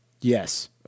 Yes